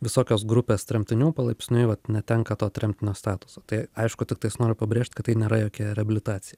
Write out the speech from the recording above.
visokios grupės tremtinių palaipsniui vat netenka to tremtinio statuso tai aišku tiktais noriu pabrėžt kad tai nėra jokia reabilitacija